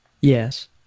Yes